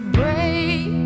break